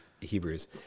Hebrews